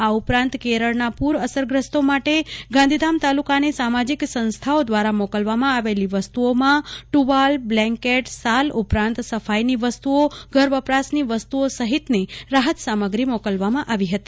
આ ઉપરાંત કેરળના પુર અસરગ્રસ્તો માટે ગાંધીધામ તાલુકાની સામાજીક સંસ્થાઓ દ્વારા મોકલવામાં આવતી વસ્તુઓમાં ટુવાલ બ્લેન્કેટ સાલ ઉપરાંત સફાઈની વસ્તુઓ ઘરવપરાશની વસ્તુઓ સહિતની રાહત સમગ્રી મોકલાઈ હતી